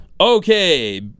Okay